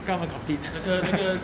跟他们 compete